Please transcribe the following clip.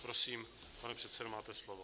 Prosím, pane předsedo, máte slovo.